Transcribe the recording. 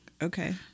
Okay